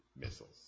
missiles